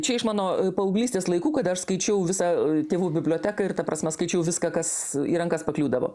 čia iš mano paauglystės laikų kada aš skaičiau visą tėvų biblioteką ir ta prasme skaičiau viską kas į rankas pakliūdavo